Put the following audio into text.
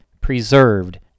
preserved